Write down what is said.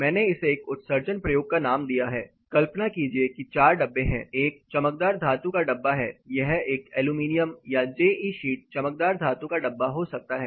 मैंने इसे एक उत्सर्जन प्रयोग का नाम दिया है कल्पना कीजिए कि 4 डब्बे हैं एक चमकदार धातु का डब्बा है यह एक एल्यूमीनियम या जे ई शीट चमकदार धातु का डब्बा हो सकता है